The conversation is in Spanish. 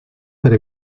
para